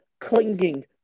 clinging